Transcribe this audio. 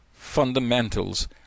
fundamentals